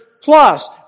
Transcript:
plus